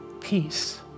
peace